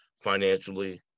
financially